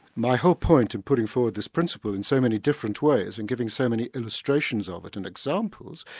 my whole point in putting forward this principle in so many different ways, and giving so many illustrations of it and examples,